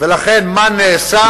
ולכן מה נעשה,